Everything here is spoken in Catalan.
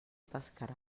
pescarà